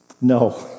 No